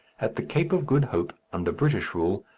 at the cape of good hope, under british rule,